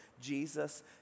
Jesus